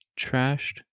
trashed